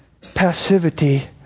passivity